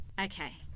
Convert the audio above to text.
Okay